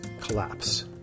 collapse